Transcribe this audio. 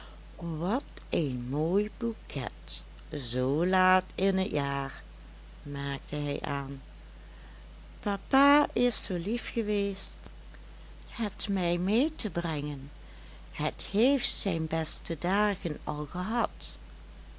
wat een mooi bouquet zoo laat in t jaar merkte hij aan papa is zoo lief geweest het mij mee te brengen het heeft zijn beste dagen al gehad